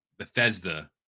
Bethesda